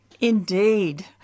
Indeed